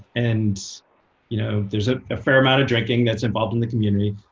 and you know there's ah a fair amount of drinking that's involved in the community.